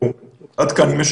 עד יום רביעי